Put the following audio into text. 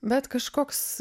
bet kažkoks